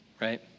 Right